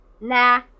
nah